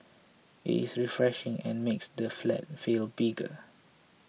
it is refreshing and makes the flat feel bigger